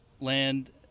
land